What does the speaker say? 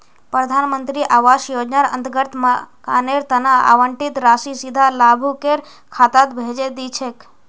प्रधान मंत्री आवास योजनार अंतर्गत मकानेर तना आवंटित राशि सीधा लाभुकेर खातात भेजे दी छेक